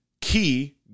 key